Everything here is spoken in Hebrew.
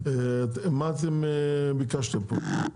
מה אתם ביקשתם פה?